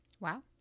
Wow